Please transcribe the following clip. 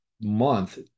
month